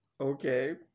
Okay